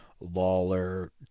Lawler